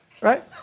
Right